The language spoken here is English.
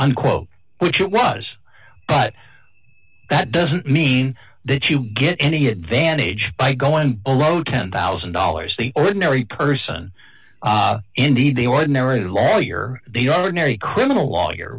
unquote which it was but that doesn't mean that you get any advantage by going below ten thousand dollars the ordinary person indeed the ordinary lawyer they ordinarily criminal lawyer